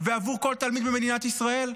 ועבור כל תלמיד במדינת ישראל?